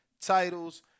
titles